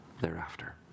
thereafter